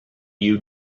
you